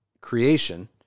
creation